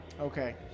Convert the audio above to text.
Okay